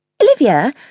Olivia